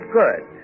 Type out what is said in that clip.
good